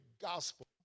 gospel